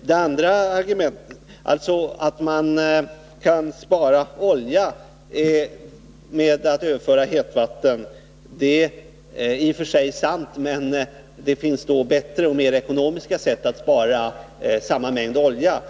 Det andra argumentet, alltså att man kan spara olja genom att överföra hetvatten, är i och för sig riktigt. Men det finns bättre och mer ekonomiska sätt att spara samma mängd olja.